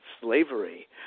slavery